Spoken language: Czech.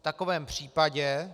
V takovém případě